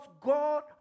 God